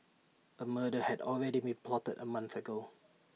A murder had already been plotted A month ago